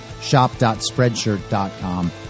shop.spreadshirt.com